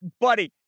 buddy